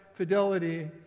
Fidelity